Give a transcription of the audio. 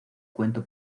cuento